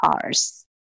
cars